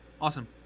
Awesome